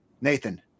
Nathan